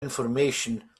information